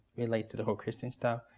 relate to the whole christian stuff.